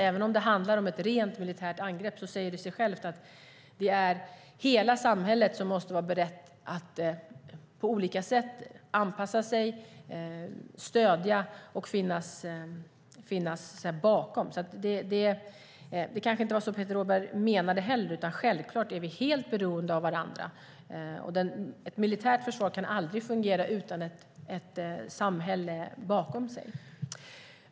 Även om det handlar om ett rent militärt angrepp säger det sig självt att det är hela samhället som måste vara berett att på olika sätt anpassa sig, stödja och finnas bakom. Det kanske inte var så Peter Rådberg menade, utan självklart är vi helt beroende av varandra. Ett militärt försvar kan aldrig fungera utan ett samhälle bakom sig.